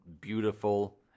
beautiful